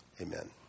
Amen